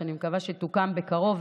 שאני מקווה שתוקם בקרוב,